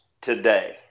today